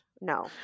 No